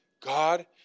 God